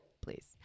please